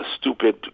stupid